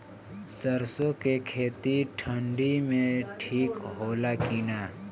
सरसो के खेती ठंडी में ठिक होला कि ना?